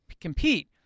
compete